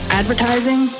advertising